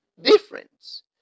difference